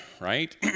right